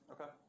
Okay